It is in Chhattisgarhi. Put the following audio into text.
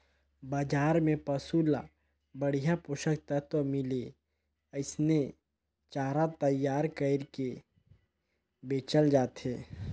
बजार में पसु ल बड़िहा पोषक तत्व मिले ओइसने चारा तईयार कइर के बेचल जाथे